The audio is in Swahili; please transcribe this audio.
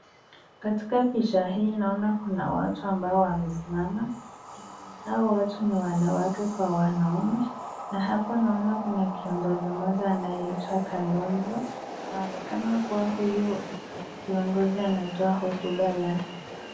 Katika picha hii naona kuna watu ambao wamesimama na hao watu ni wanawake kwa wanaume. Na hapa naona kuna kiongozi anayeitwa Kalonzo. Inaonekana kuwa huyu kiongozi anatoa hotuba yake.